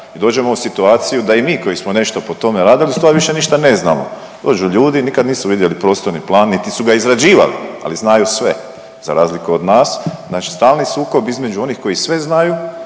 I dođemo u situaciju da i mi koji smo nešto po tome radili ustvari ništa više ne znamo. Dođu ljudi, nikad nisu vidjeli prostorni plan, niti su ga izrađivali, ali znaju sve za razliku od nas. Znači stalni sukob između onih koji sve znaju